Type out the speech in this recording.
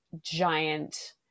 giant